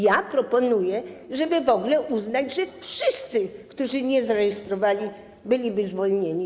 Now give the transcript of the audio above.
Ja proponuję, żeby w ogóle uznać, że wszyscy, którzy nie zarejestrowali, byliby zwolnieni.